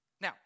Now